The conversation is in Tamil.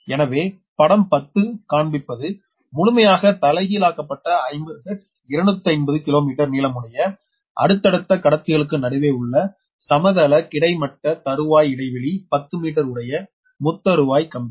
எனவே படம் 10 காண்பிப்பது முழுமையாக தலைகீழாக்கப்பட்ட 50 ஹெர்ட்ஸ்250 கிலோமீட்டர் நீளமுடைய அடுத்தடுத்த கடத்திகளுக்கு நடுவே உள்ள சமதள கிடைமட்ட தறுவாய் இடைவெளி 10மீட்டர்உடைய முத்தறுவாய் கம்பி